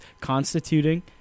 constituting